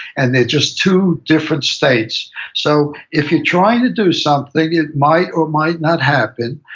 and they're just two different states so if you're trying to do something, it might or might not happen,